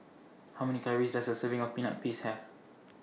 How Many Calories Does A Serving of Peanut Paste Have